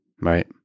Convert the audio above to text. right